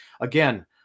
Again